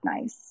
nice